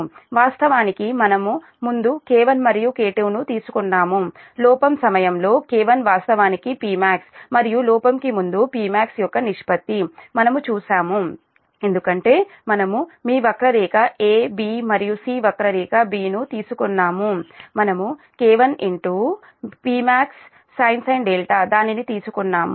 వాస్తవానికి మనం ముందు K1 మరియు K2 ని తీసుకున్నాము లోపం సమయంలో K1 వాస్తవానికి Pmax మరియు లోపం ముందు Pmax యొక్క నిష్పత్తి మనము చూశాము ఎందుకంటే మనము మీ వక్రరేఖ A B మరియు C వక్రరేఖ B ను తీసుకున్నాము మనము K1 మీ Pmax sin దానిని తీసుకున్నాము